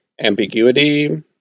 ambiguity